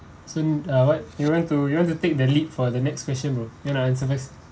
so uh what you want to you want to take the lead for the next question bro you wanna answer first